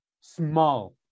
small